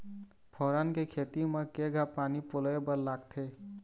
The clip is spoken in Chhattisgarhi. फोरन के खेती म केघा पानी पलोए बर लागथे?